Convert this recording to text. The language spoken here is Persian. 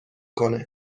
کنه